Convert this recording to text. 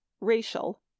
Racial